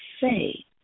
say